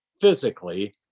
physically